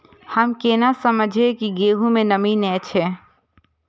हम केना समझये की गेहूं में नमी ने छे?